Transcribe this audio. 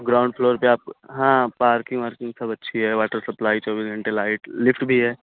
ground floor پہ آپ ہاں پارکنگ وارکنگ سب اچھی ہے واٹر سپلائی چوبیس گھنٹے لائٹ لفٹ بھی ہے